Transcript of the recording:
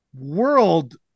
world